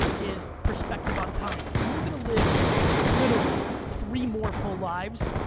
but is perspective on time. you are gonna live literally three more full lives.